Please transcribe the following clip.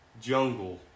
jungle